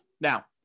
Now